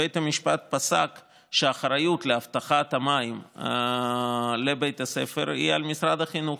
בית המשפט פסק שהאחריות להבטחת המים לבית הספר היא על משרד החינוך,